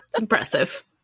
Impressive